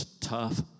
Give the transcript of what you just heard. tough